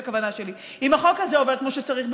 הכוונה שלי: אם החוק הזה עובר כמו שצריך,